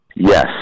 Yes